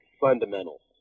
fundamentals